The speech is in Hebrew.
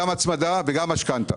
גם הצמדה וגם משכנתא.